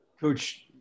Coach